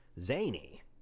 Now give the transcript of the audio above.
zany